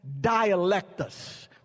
dialectus